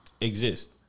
exist